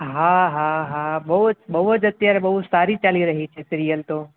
હા હા હા બહુ જ અત્યારે બહુ જ સારી ચાલી રહી છે સિરિયલ તો